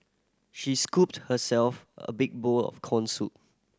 she scooped herself a big bowl of corn soup